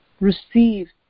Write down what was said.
receive